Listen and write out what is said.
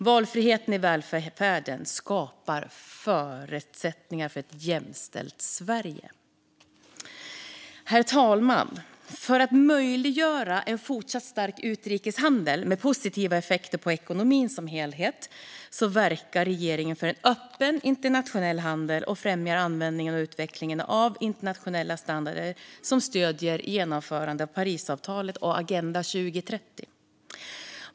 Valfriheten i välfärden skapar förutsättningar för ett jämställt Sverige. Herr talman! För att möjliggöra en fortsatt stark utrikeshandel, med positiva effekter på ekonomin som helhet, verkar regeringen för en öppen internationell handel och främjar användningen och utvecklingen av internationella standarder som stöder genomförandet av Parisavtalet och Agenda 2030.